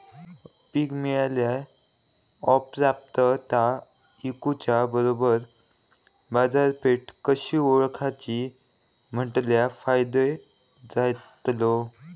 पीक मिळाल्या ऑप्रात ता इकुच्या बरोबर बाजारपेठ कशी ओळखाची म्हटल्या फायदो जातलो?